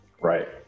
Right